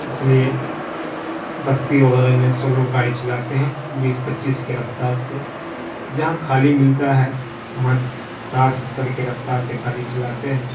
اس لیے بستی وغیرہ میں سلو گاڑی چلاتے ہیں بیس پچیس کے رفتار سے جہاں خالی ملتا ہے وہاں ساٹھ ستّر کے رفتار سے گاڑی چلاتے ہیں